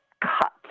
cut